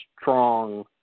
strong